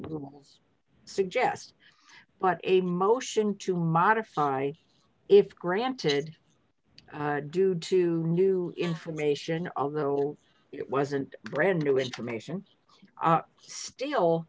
rules suggest but a motion to modify if granted due to new information although it wasn't brand new information are still